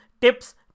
Tips